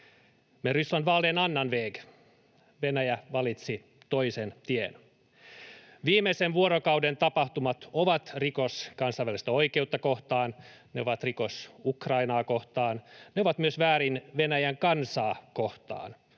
men Ryssland valde en annan väg. Venäjä valitsi toisen tien. Viimeisen vuorokauden tapahtumat ovat rikos kansainvälistä oikeutta kohtaan, ne ovat rikos Ukrainaa kohtaan, ne ovat myös väärin Venäjän kansaa kohtaan,